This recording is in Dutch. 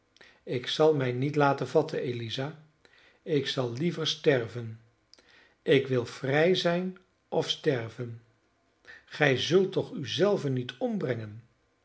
ik zal mij niet laten vatten eliza ik zal liever sterven ik wil vrij zijn of sterven gij zult toch u zelven niet ombrengen